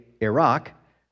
Iraq